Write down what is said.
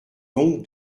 donc